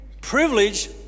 privilege